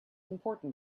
important